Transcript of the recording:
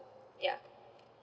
ya